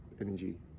energy